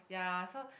ya so